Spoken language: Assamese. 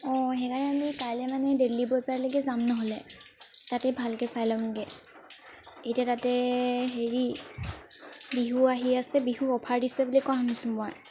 অঁ সেইকাৰণে আমি কাইলৈ মানে ডে'লি বজাৰলৈকে যাম নহ'লে তাতে ভালকৈ চাই ল'মগৈ এতিয়া তাতে হেৰি বিহু আহি আছে বিহু অফাৰ দিছে বুলি কোৱা শুনিছো মই